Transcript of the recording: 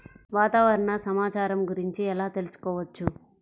వాతావరణ సమాచారం గురించి ఎలా తెలుసుకోవచ్చు?